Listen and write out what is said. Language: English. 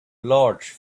large